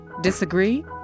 Disagree